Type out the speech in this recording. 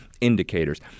indicators